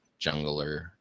jungler